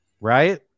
Right